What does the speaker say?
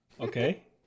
Okay